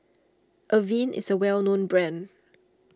Avene is a well known brand